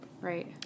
right